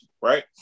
right